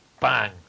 bang